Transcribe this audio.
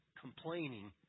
complaining